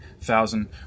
thousand